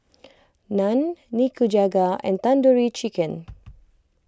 Naan Nikujaga and Tandoori Chicken